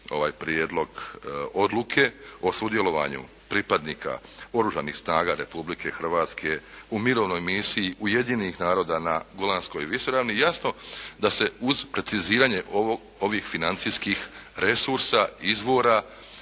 ovaj Prijedlog odluke o sudjelovanju pripadnika Oružanih snaga Republike Hrvatske u Mirovnoj misiji Ujedinjenih naroda na Golanskoj visoravni, jasno da se uz preciziranje ovih financijskih resursa izvora,